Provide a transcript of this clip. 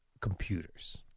computers